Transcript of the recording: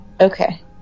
Okay